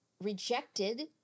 rejected